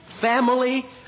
family